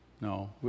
No